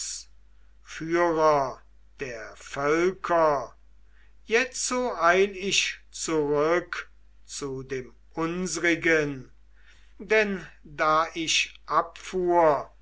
der völker jetzo eil ich zurück zu dem unsrigen denn da ich abfuhr